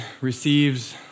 receives